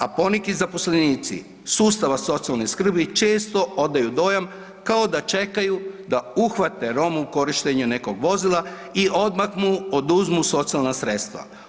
A poneki zaposlenici sustava socijalne skrbi često odaju dojam kao da čekaju da uhvate Roma u korištenju nekog vozila i odmah mu oduzmu socijalna sredstva.